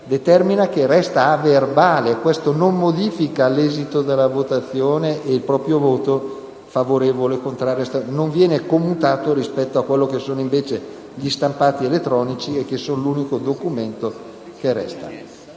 determina che resta a verbale. Questo non modifica l'esito della votazione e il proprio voto favorevole o contrario non viene commutato rispetto agli stampati elettronici, che sono l'unico documento che resta.